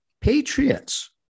patriots